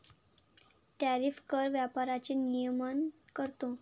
tariff कर व्यापाराचे नियमन करतो